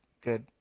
good